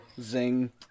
Zing